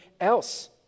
else